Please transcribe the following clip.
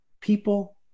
people